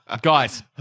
Guys